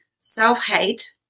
self-hate